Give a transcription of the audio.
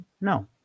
No